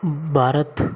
Bharat